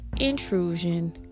Intrusion